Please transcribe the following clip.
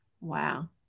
Wow